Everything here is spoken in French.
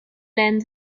land